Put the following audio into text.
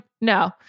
No